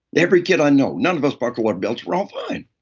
every kid i know, none of us buckled our belts. we're all fine.